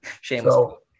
Shameless